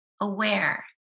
aware